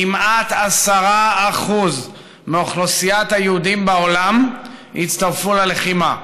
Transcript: כמעט 10% מאוכלוסיית היהודים בעולם הצטרפו ללחימה,